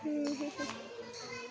ಹ್ಞೂ ಹ್ಞೂ ಹ್ಞೂ